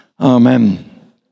Amen